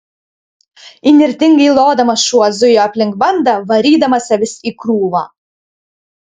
įnirtingai lodamas šuo zujo aplink bandą varydamas avis į krūvą